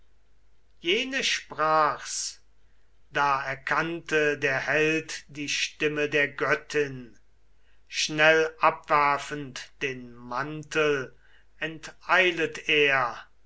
jene sprach's da erkannte der held die stimme der göttin schnell abwerfend den mantel enteilet er